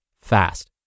fast